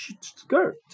skirt